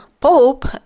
Pope